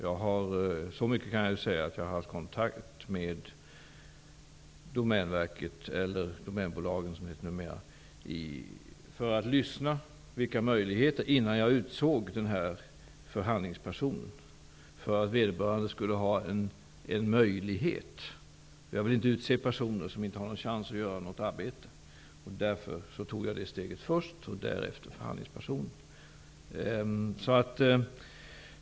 Jag har haft kontakt med Domänbolagen -- som det heter numera -- för att höra efter vilka möjligheter som finns, innan jag utsåg viss förhandlingsperson; detta för att förvissa mig om att vederbörande skulle ha möjlighet att fullgöra ett arbete. Jag vill inte först utse personer och det sedan visar sig att de inte har en chans att utföra något arbete, därför tog jag ett sådant steg först, därefter utsåg jag förhandlingsperson.